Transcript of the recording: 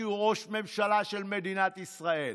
כי הוא ראש ממשלה של מדינת ישראל,